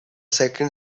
second